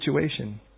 situation